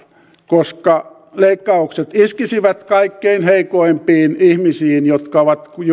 koska leikkaukset iskisivät kaikkein heikoimpiin ihmisiin jotka ovat